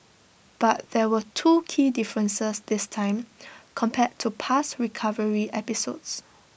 but there were two key differences this time compared to past recovery episodes